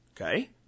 Okay